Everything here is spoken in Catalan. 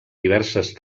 diverses